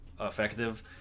effective